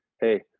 hey